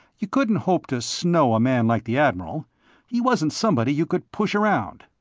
you couldn't hope to snow a man like the admiral he wasn't somebody you could push around.